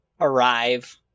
arrive